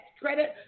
credit